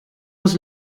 was